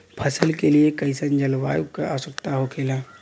फसल के लिए कईसन जलवायु का आवश्यकता हो खेला?